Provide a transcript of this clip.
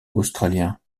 australiens